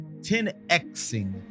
10Xing